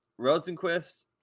rosenquist